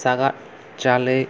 ᱥᱟᱜᱟᱫ ᱪᱟᱣᱞᱮ